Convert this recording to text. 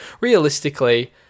Realistically